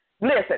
listen